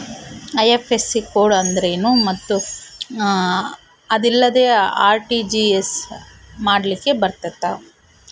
IFSC code ಅಂದ್ರೇನು ಮತ್ತು ಅದಿಲ್ಲದೆ ಆರ್.ಟಿ.ಜಿ.ಎಸ್ ಮಾಡ್ಲಿಕ್ಕೆ ಬರ್ತೈತಾ?